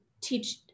teach